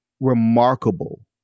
remarkable